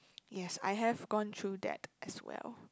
ya I have gone through that as well